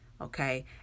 okay